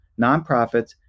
nonprofits